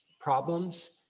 problems